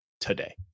today